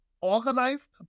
organized